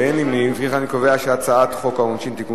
ההצעה להעביר את הצעת חוק העונשין (תיקון